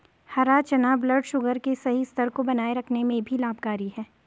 हरा चना ब्लडशुगर के सही स्तर को बनाए रखने में भी लाभकारी है